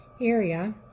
area